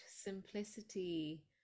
simplicity